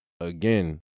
again